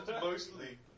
mostly